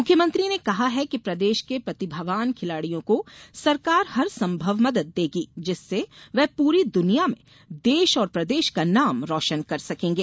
मुख्यमंत्री ने कहा है कि प्रदेश के प्रतिभावान खिलाड़ियों को सरकार हर संभव मदद देगी जिससे वे पूर्री दुनिया में देश और प्रदेश का नाम रोशन कर सकेंगे